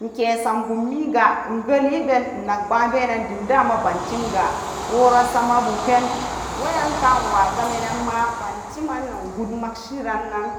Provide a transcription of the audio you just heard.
Inke sambummi ga ingeliben nakbeen ne dem dama ban kamga worasa mabu pen weyan kanok wa gam mena ma banteman nok good maushi ranga nan